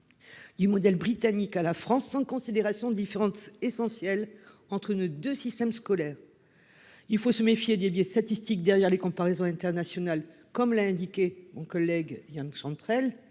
du modèle britannique à la France, sans considération des différences essentielles qui existent entre les deux systèmes scolaires. Il faut se méfier des biais statistiques derrière les comparaisons internationales, comme l'a indiqué mon collègue Yan Chantrel.